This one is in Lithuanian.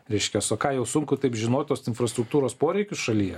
reiškias o ką jau sunku taip žinot tuos infrastruktūros poreikius šalyje